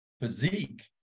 physique